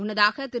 முன்னதாக திரு